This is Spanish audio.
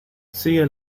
sigue